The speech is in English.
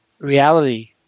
reality